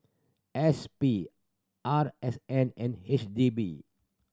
S P R S N and H D B